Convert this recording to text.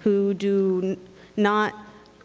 who do not